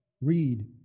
read